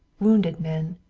wounded men,